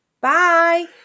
Bye